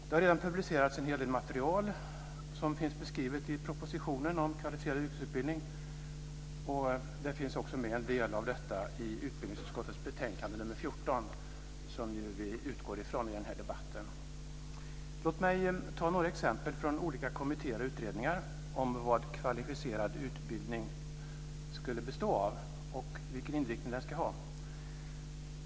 Det har redan publicerats en hel del material som finns beskrivet i propositionen om kvalificerad yrkesutbildning, och en del av detta finns också med i utbildningsutskottets betänkande nr 14 som vi ju utgår ifrån i den här debatten. Låt mig ta några exempel från olika kommittéer och utredningar om vad kvalificerad utbildning skulle bestå av och vilken inriktning den ska ha.